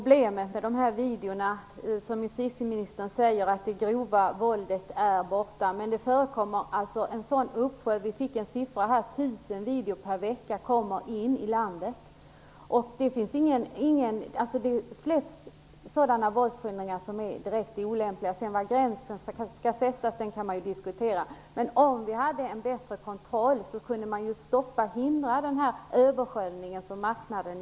Herr talman! Justitieministern säger att det grova våldet är borta från videorna. Men problemet är att det förekommer en sådan uppsjö. Vi fick en siffra på att 1 000 videor per vecka kommer in i landet. Det släpps våldsskildringar som är direkt olämpliga. Var gränsen sedan skall sättas kan man diskutera. Men om vi hade en bättre kontroll kunde man hindra denna översköljning från marknaden.